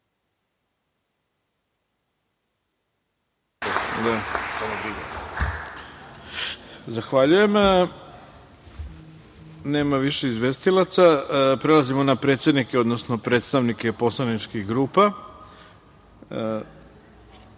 Zahvaljujem. Nema više izvestilaca. Prelazimo na predsednike, odnosno predstavnike poslaničkih grupa. Reč